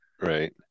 right